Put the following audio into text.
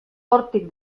hortik